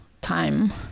time